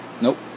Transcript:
Nope